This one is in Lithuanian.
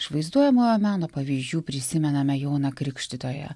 iš vaizduojamojo meno pavyzdžių prisimename joną krikštytoją